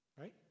Right